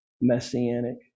Messianic